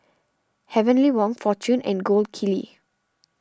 Heavenly Wang fortune and Gold Kili